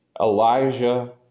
Elijah